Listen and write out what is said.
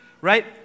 Right